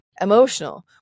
emotional